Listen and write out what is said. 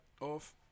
off